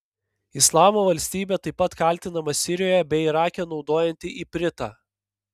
islamo valstybė taip pat kaltinama sirijoje bei irake naudojanti ipritą